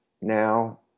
now